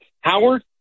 Howard